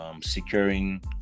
securing